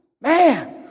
Man